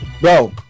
Bro